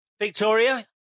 Victoria